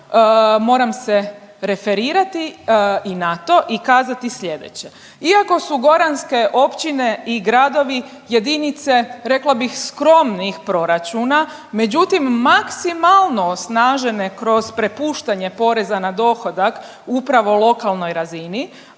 moram se referirati i na to i kazati sljedeće. Iako su goranske općine i gradovi, jedinice, rekla bih, skromnih proračuna, međutim, maksimalno osnažene kroz prepuštanje poreza na dohodak upravo lokalnoj razini,